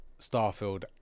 Starfield